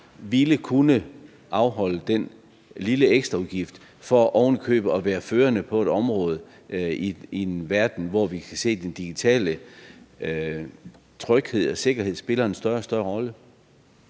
ville kunne afholde den lille ekstraudgift for så oven i købet at være førende på et område i en verden, hvor vi kan se, at den digitale tryghed og sikkerhed spiller en større og større rolle?